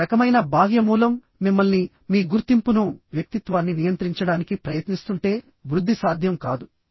ఒక రకమైన బాహ్య మూలం మిమ్మల్ని మీ గుర్తింపును వ్యక్తిత్వాన్ని నియంత్రించడానికి ప్రయత్నిస్తుంటే వృద్ధి సాధ్యం కాదు